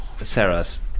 Sarah's